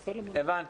הבנתי.